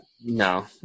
no